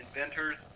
inventors